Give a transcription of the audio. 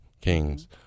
Kings